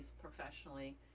professionally